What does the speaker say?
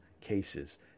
cases